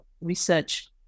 research